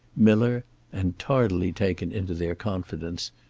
miller and, tardily taken into their confidence,